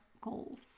goals